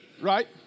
right